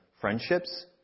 friendships